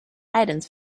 items